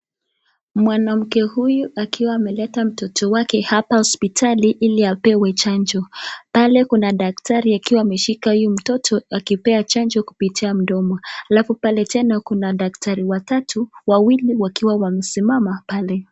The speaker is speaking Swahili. Mwanamke huyu akiwa ameleta mtoto wake hapa hospitali ili apewe chanjo, pale kuna daktari akiwa ameshika huyu mtoto akipea chanjo kupitia kwenye mdomo, halafu pale tena kuna daktari watatu, wawili wakiwa wamesimama pale.